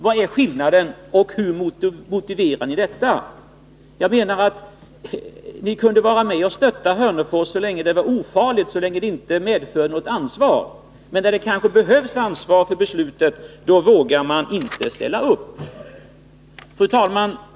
Hur motiverar ni detta? Ni kunde alltså vara med och stötta Hörneforsgruppens förslag så länge det inte medförde något ansvar, men när det behövs ansvar för att fatta beslutet vågar ni inte ställa upp. Fru talman!